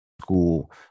school –